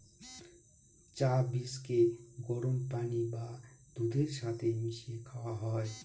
চা বীজকে গরম পানি বা দুধের সাথে মিশিয়ে খাওয়া হয়